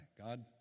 God